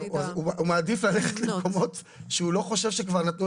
הוא מעדיף ללכת למקומות שהוא לא חושב שכבר נתנו